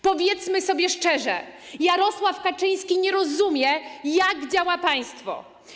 Powiedzmy sobie szczerze: Jarosław Kaczyński nie rozumie, jak działa państwo.